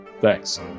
Thanks